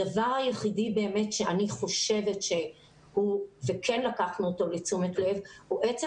הדבר היחידי שאני חושבת שכן לקחנו אותו לתשומת לב הוא עצם